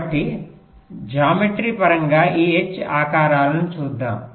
కాబట్టి జ్యామితి పరంగా ఈ H ఆకారాలను చూద్దాం